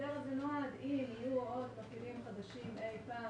ההסדר הזה נועד כי אם יהיו עוד מפעילים חדשים אי פעם